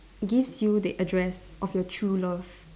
gives you the address of your true love